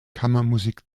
kammermusik